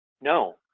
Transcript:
No